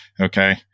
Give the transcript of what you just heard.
Okay